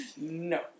No